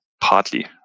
partly